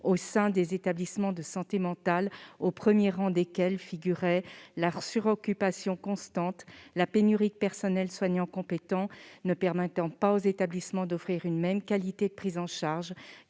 des établissements de santé mentale, au premier rang desquelles figurait la suroccupation constante, la pénurie de personnel soignant compétent ne permettant pas aux établissements d'offrir une même qualité de prise en charge.